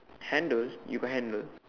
handles you got handle